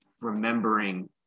remembering